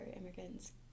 immigrants